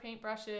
paintbrushes